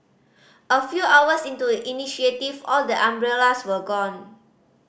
a few hours into initiative all the umbrellas were gone